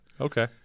Okay